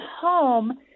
home